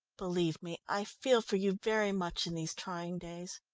believe me, i feel for you very much in these trying days.